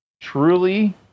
Truly